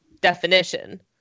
definition